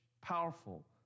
powerful